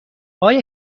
آیا